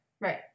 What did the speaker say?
right